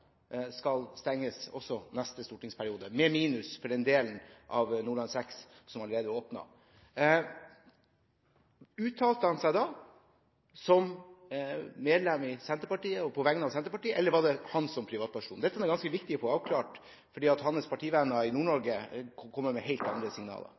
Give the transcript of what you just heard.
skal stenges også neste stortingsperiode, med unntak av den delen av Nordland VI som allerede er åpnet. Uttalte han seg da som medlem i Senterpartiet, på vegne av Senterpartiet, eller var det som privatperson? Dette er det ganske viktig å få avklart fordi hans partivenner i Nord-Norge kommer med helt andre signaler.